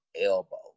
elbow